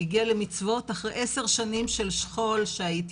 הגיע למצוות אחרי עשר שנים של שכול שהייתי